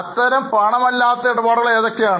അത്തരം പണം അല്ലാത്ത ഇടപാടുകൾ ഏതൊക്കെയാണ്